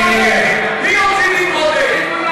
מי הוציא דין רודף?